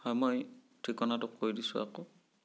হয় মই ঠিকনাটো কৈ দিছোঁ আকৌ